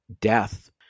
death